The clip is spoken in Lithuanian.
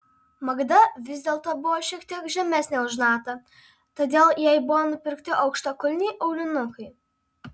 magda vis dėlto buvo šiek tiek žemesnė už natą todėl jai buvo nupirkti aukštakulniai aulinukai